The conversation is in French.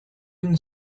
une